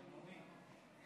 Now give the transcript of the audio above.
בינוני.